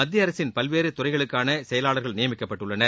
மத்திய அரசின் பல்வேறு துறைகளுக்கான செயலாளர்கள் நியமிக்கப்பட்டுள்ளனர்